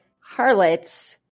Harlots